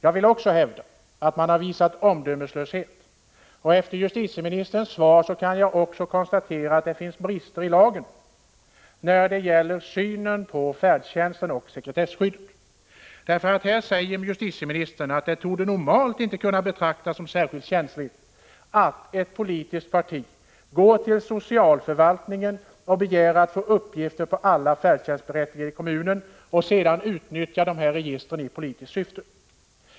Jag vill också hävda att man har visat omdömeslöshet, och efter justitieministerns svar kan jag konstatera att det dessutom finns brister i lagen när det gäller synen på färdtjänsten och sekretesskyddet. Justitieministern säger att det normalt inte kan betraktas som särskilt känsligt att ett politiskt parti begär hos socialförvaltningen att få uppgifter på alla färdtjänstberättigade i kommunen och sedan utnyttjar registret i politiskt syfte.